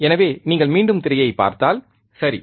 எனவே நீங்கள் மீண்டும் திரையைப் பார்த்தால் சரி